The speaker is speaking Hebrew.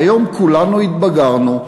והיום כולנו התבגרנו,